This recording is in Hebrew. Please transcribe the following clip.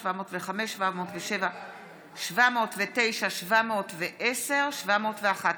פ/707/23, פ/709/23, פ/710/23 ו-פ/711/23.